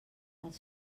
els